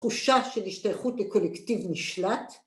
‫תחושה של השתייכות לקולקטיב נשלט.